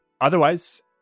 Otherwise